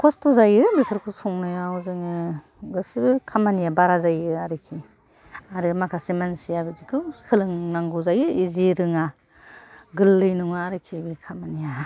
खस्थ' जायो बेफोरखौ संनायाव जोङो गासिबो खामानिया बारा जायो आरिखि आरो माखासे मानसिया बिदिखौ सोलोंनांगौ जायो इजि रोङा गोरलै नङा आरिखि बे खामानिया